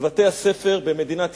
בבתי-הספר במדינת ישראל,